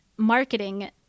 marketing